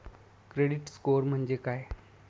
Credit score म्हणजे काय?